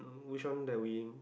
which one that we